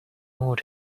more